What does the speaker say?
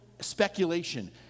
speculation